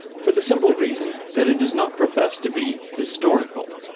for the simple reason that it does not profess to be historical.